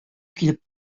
килеп